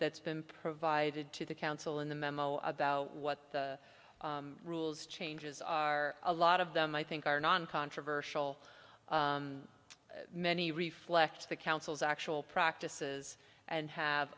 that's been provided to the council in the memo about what the rules changes are a lot of them i think are non controversial many reflect the council's actual practices and have